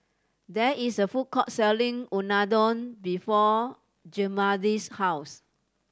there is a food court selling Unadon before Zigmund's house